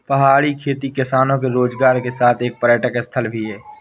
पहाड़ी खेती किसानों के रोजगार के साथ एक पर्यटक स्थल भी है